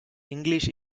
english